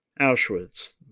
Auschwitz